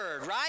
right